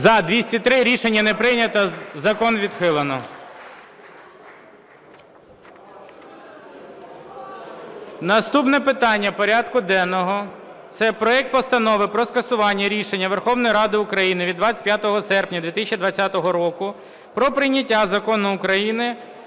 За-203 Рішення не прийнято. Закон відхилено. Наступне питання порядку денного – це проект Постанови про скасування рішення Верховної Ради України від 25 серпня 2020 року про прийняття Закону України…